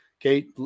Okay